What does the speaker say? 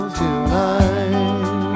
tonight